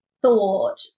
thought